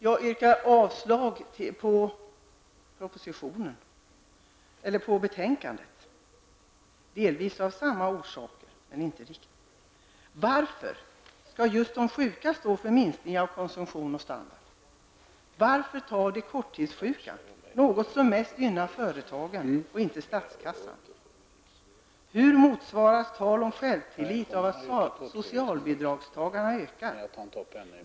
Jag yrkar avslag på hemställan i betänkandet, och det gör jag av nästan samma orsaker som jag här har nämnt. Varför skall just de sjuka stå för en minskning av konsumtionen och standarden? Varför ta av de korttidssjuka -- något som mest gynnar företagen, inte statskassan? Hur blir det med motsvarigheten när det gäller talet om självtillit och detta med att socialbidragstagarna ökar?